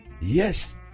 Yes